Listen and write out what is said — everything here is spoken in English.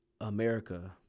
America